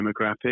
demographic